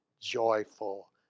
joyful